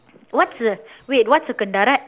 what's a wait what's a kendarat